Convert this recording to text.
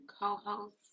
co-host